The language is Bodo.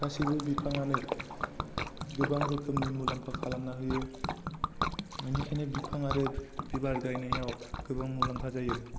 गासैबो बिफाङानो गोबां रोखोमनि मुलाम्फा खालामना होयो बेनिखायनो बिफां आरो बिबार गायनायाव गोबां मुलाम्फा जायो